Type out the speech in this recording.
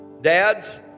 Dads